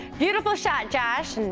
beautiful shot josh!